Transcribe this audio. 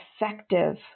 effective